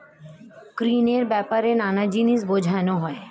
ঋণের ব্যাপারে নানা জিনিস বোঝানো যায়